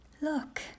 look